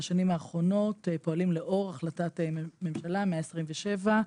פועלים בשנים האחרונות לאור החלטת ממשלה 127,